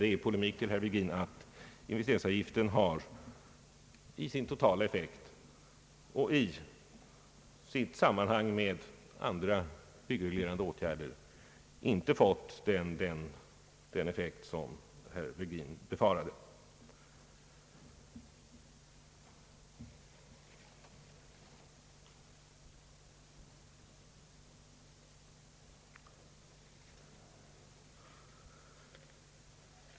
Det betyder, herr Virgin, att investeringsavgiften i sin totala effekt och i sitt samband med andra byggreglerande åtgärder inte har fått den negativa effekt som herr Virgin befarade.